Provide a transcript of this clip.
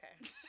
okay